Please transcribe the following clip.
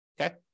okay